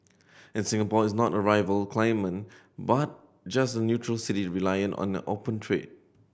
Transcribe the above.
and Singapore is not a rival claimant but just a neutral city reliant on a open trade